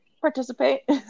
Participate